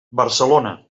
barcelona